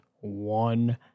one